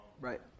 Right